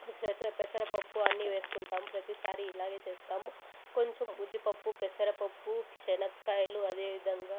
సేస పెసరపప్పు అన్ని వేసుకుంటాం ప్రతిసారి ఇలాగే చేస్తాము కొంచెం ఉద్ది పప్పు పెసరపప్పు శనగకాయలు అదేవిధంగా